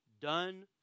done